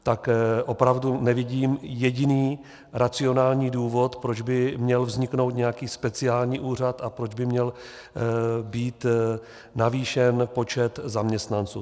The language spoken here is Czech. Tak opravdu nevidím jediný racionální důvod, proč by měl vzniknout nějaký speciální úřad a proč by měl být navýšen počet zaměstnanců.